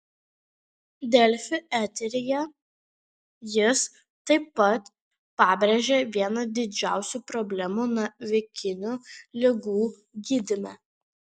delfi eteryje jis taip pat pabrėžė vieną didžiausių problemų navikinių ligų gydyme